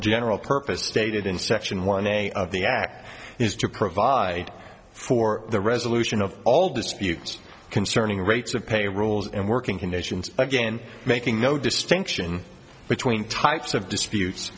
general purpose stated in section one day of the act is to provide for the resolution of all disputes concerning rates of pay rules and working conditions again making no distinction between types of disputes